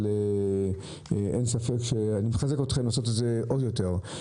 אבל אין ספק שאני מחזק אתכם לעשות את זה עוד יותר.